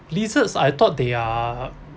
lizards I thought they are